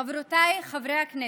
חברותיי, חברי הכנסת,